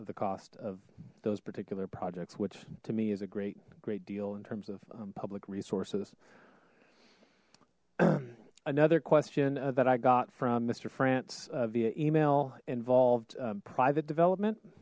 of the cost of those particular projects which to me is a great great deal in terms of public resources another question that i got from mister frantz via email involved private development